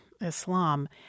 Islam